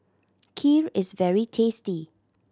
kheer is very tasty